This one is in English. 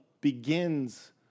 begins